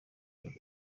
yombi